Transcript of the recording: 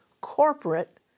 corporate